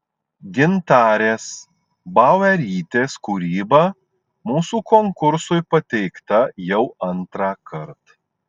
gintarės bauerytės kūryba mūsų konkursui pateikta jau antrąkart